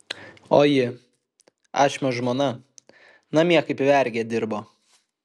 o ji ašmio žmona namie kaip vergė dirbo